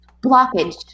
Blockage